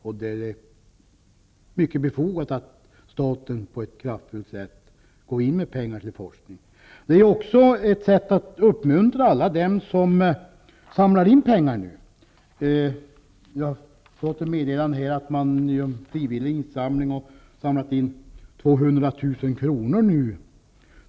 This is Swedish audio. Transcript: Då är det befogat att staten på ett kraftfullt sätt går in med pengar till forskning. Det är också ett sätt att uppmuntra alla dem som samlar in pengar. Jag har fått meddelade om att man genom frivilliga insamlingar fått in 200 000 kr.